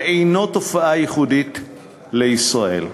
ואינו תופעה ייחודית לישראל.